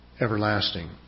everlasting